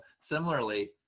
similarly